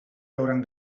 hauran